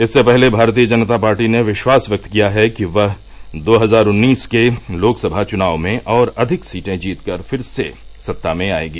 इससे पहले भारतीय जनता पार्टी ने विश्वास व्यक्त किया है कि वह दो हजार उन्नीस के लोकसभा चुनाव में और अधिक सीटें जीतकर फिर से सत्ता में आयेगी